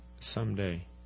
someday